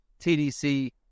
TDC